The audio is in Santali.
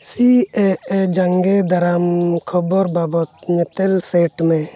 ᱥᱤ ᱮ ᱮ ᱡᱟᱸᱜᱮ ᱫᱟᱨᱟᱢ ᱠᱷᱚᱵᱚᱨ ᱵᱟᱵᱚᱫ ᱧᱮᱛᱮᱞ ᱥᱮᱴ ᱢᱮ